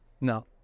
no